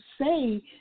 say